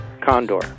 Condor